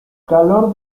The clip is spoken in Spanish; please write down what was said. calor